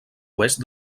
oest